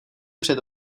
před